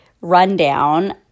rundown